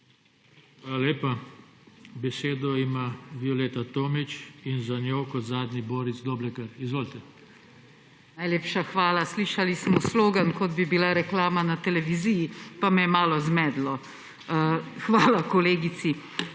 Hvala lepa. Besedo ima Violeta Tomić in za njo kot zadnji Boris Doblekar. Izvolite. **VIOLETA TOMIĆ (PS Levica):** Najlepša hvala. Slišali smo slogan, kot bi bila reklama na televiziji, pa me je malo zmedlo. Hvala kolegici!